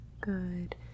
Good